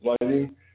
lighting